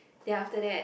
then after that